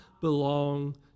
belong